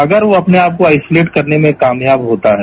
अगर वो अपने आप को आइसोलेट करने में कामयाब होता है